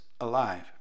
alive